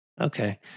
okay